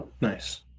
Nice